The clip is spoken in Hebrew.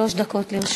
שלוש דקות לרשותך.